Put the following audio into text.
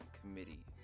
committee